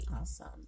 Awesome